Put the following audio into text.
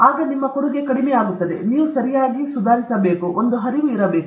ನಂತರ ಕೊಡುಗೆ ಸ್ವಲ್ಪ ಆಗುತ್ತದೆ ನೀವು ಸರಿಯಾಗಿ ಸುಧಾರಿಸಬೇಕು